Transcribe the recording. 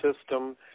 system